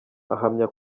ahamya